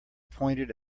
pointed